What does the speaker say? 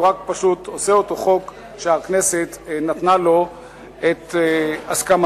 הוא רק פשוט עושה אותו חוק שהכנסת נתנה לו את הסכמתה.